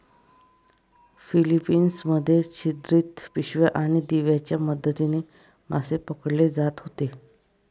Philippines मध्ये छिद्रित पिशव्या आणि दिव्यांच्या मदतीने मासे पकडले जात होते